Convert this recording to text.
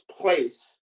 place